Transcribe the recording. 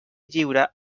lliure